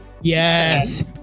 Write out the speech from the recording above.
Yes